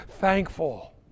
thankful